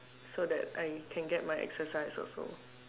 so that I can get my exercise also